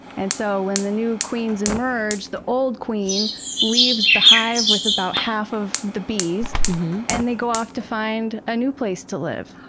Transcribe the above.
and so when the new queens emerge, the old queen leaves the hive with about half of the bees and they go off to find a new place to live.